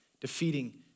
defeating